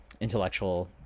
intellectual